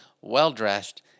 well-dressed